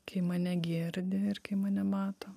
kai mane girdi ir kai mane mato